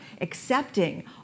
accepting